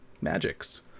magics